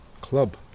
Club